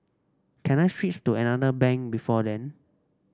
can I switch to another bank before then